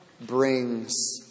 brings